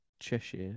Cheshire